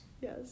yes